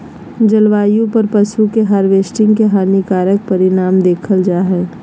जलवायु पर पशु के हार्वेस्टिंग के हानिकारक परिणाम देखल जा हइ